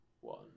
one